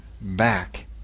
back